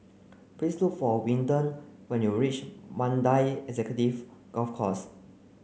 please look for Windell when you reach Mandai Executive Golf Course